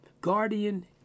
guardian